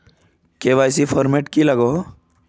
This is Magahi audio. के.वाई.सी फॉर्मेट की लागोहो?